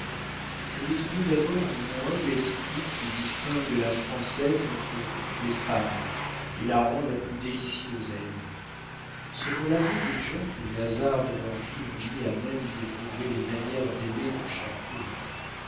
je lui trouvai d'abord en moins l'esprit qui distingue la française entre toutes les femmes et la rend la plus délicieuse à aimer selon l'aveu des gens que les hasards de leur vie ont mis à même d'éprouver les manières d'aimer de chaque pays